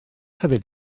hefyd